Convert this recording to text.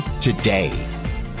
today